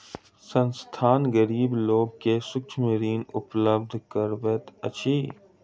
संस्थान, गरीब लोक के सूक्ष्म ऋण उपलब्ध करबैत अछि